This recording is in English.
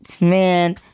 man